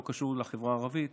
בלי קשר לחברה הערבית,